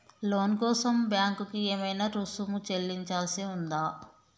లోను కోసం బ్యాంక్ కి ఏమైనా రుసుము చెల్లించాల్సి ఉందా?